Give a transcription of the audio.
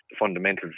fundamentals